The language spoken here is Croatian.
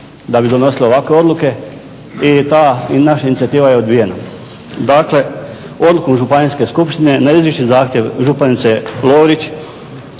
da bi donosili ovakve odluke i ta naša inicijativa je odbijena. Dakle, odluku županijske skupštine na izričiti zahtjev županice Lovrić